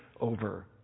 over